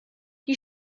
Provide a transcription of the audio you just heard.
die